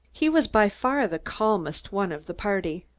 he was by far the calmest one of the party.